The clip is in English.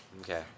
okay